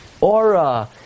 aura